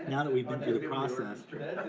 now that we've been through the process,